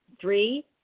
three